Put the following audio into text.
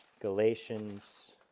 Galatians